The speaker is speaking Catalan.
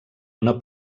una